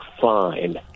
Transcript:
fine